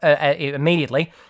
immediately